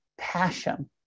passion